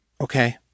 Okay